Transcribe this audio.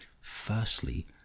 Firstly